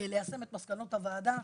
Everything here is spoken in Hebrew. ליישם את מסקנות הוועדה.